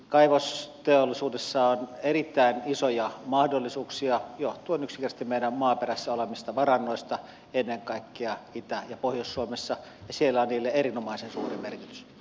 kaivosteollisuudessa on erittäin isoja mahdollisuuksia johtuen yksinkertaisesti meidän maaperässä olevista varannoista ennen kaikkea itä ja pohjois suomessa ja siellä on niillä erinomaisen suuri merkitys